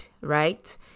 right